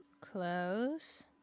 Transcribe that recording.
Close